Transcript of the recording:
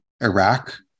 Iraq